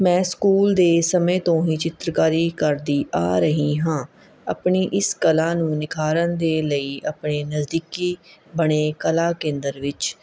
ਮੈਂ ਸਕੂਲ ਦੇ ਸਮੇਂ ਤੋਂ ਹੀ ਚਿੱਤਰਕਾਰੀ ਕਰਦੀ ਆ ਰਹੀ ਹਾਂ ਆਪਣੀ ਇਸ ਕਲਾ ਨੂੰ ਨਿਖਾਰਨ ਦੇ ਲਈ ਆਪਣੇ ਨਜ਼ਦੀਕੀ ਬਣੇ ਕਲਾ ਕੇਂਦਰ ਵਿੱਚ